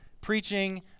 preaching